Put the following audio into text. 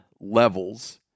levels